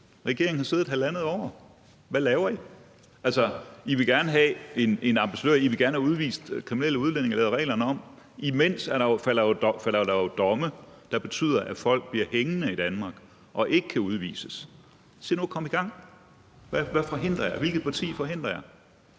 Regeringen har siddet i halvandet år – hvad laver I? Altså, I vil gerne have en ambassadør, og I vil gerne have udvist kriminelle udlændinge og have lavet reglerne om. Imens falder der jo domme, der betyder, at folk bliver hængende i Danmark og ikke kan udvises. Se nu at komme i gang. Hvad forhindrer jer?